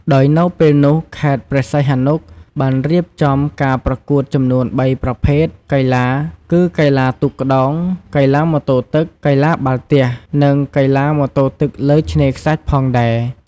ដោយនៅពេលនោះខេត្តព្រះសីហនុ បានរៀបចំការប្រកួតចំនួន៣ប្រភេទកីឡា គឺកីឡាទូកក្តោង កីឡាម៉ូតូទឹក កីឡាបាល់ទះ និងកីឡាម៉ូតូទឹកលើឆ្នេរខ្សាច់ផងដែរ។